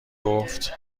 گفت